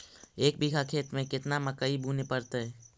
एक बिघा खेत में केतना मकई बुने पड़तै?